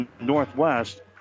Northwest